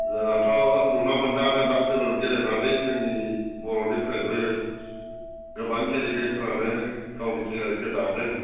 जोंनाथ' नुनो मोन्नायानो दा जोलुर गेलेनानै जोंनि बर'निफ्रायबो गोबां गेलेगिरिफोरानो गावनि केरियारखौ दादों